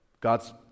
God's